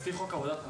לפי חוק עבודת הנוער.